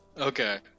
Okay